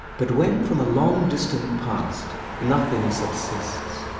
but when from a long distant past nothing subsists,